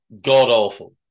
god-awful